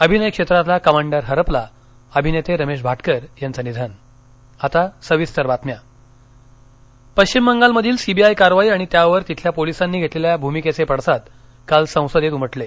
अभिनय क्षेत्रातला कमांडर हरपला अभिनेते रमेश भाटकर यांचं निधन संसद पश्विम बंगाल मधील सीबीआय कारवाई आणि त्यावर तिथल्या पोलीसांनी घेतलेल्या भुमीकेचे पडसाद काल संसदेत उमटले